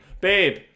Babe